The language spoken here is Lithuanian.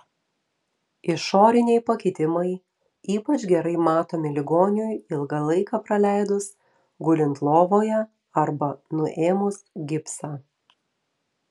išoriniai pakitimai ypač gerai matomi ligoniui ilgą laiką praleidus gulint lovoje arba nuėmus gipsą